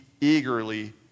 eagerly